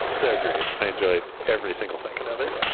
so great. i enjoyed every single second of it.